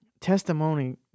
testimony